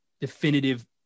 definitive